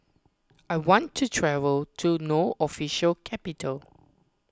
I want to travel to No Official Capital